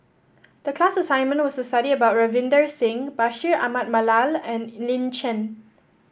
the class assignment was to study about Ravinder Singh Bashir Ahmad Mallal and Lin Chen